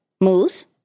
Moose